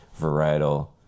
varietal